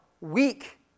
weak